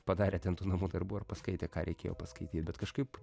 padarę ten tų namų darbų ar paskaitę ką reikėjo paskaityt bet kažkaip